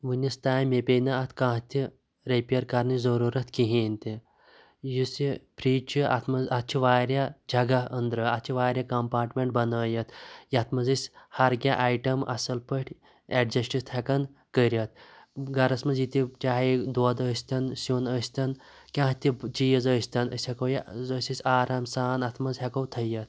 وُنِستانۍ مےٚ پیٚیہِ نہٕ اَتھ کانٛہہ تہِ رِپِیَر کَرنٕچ ضروٗرت کِہیٖنٛۍ تہِ یُس یہِ فِریج چھُ اَتھ منٛز اَتھ چھِ وارِیاہ جَگَہ أنٛدرٕ اَتھ چھِ وارِیاہ کَمپاٹمینٛٹ بَنٲوِتھ یِتھ منٛز أسۍ ہَر کیٚنٛہہ اَیٹَم اَصٕل پٲٹھۍ ایٚڈجیسٹ چھِ ہٮ۪کان کٔرِتھ گَرَس منٛز یہِ تہِ چاہے دۄد ٲسۍتن سِیُن ٲسۍتن کٲنٛہہ تہِ چیٖز ٲسۍتن أسۍ ہٮ۪کو یہِ أسۍ ٲسۍ آرام سان اَتھ منٛز ہٮ۪کو تھٲوِتھ